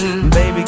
Baby